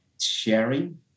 sharing